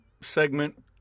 segment